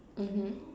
mmhmm